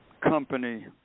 company